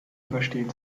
überstehen